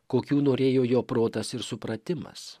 kokių norėjo jo protas ir supratimas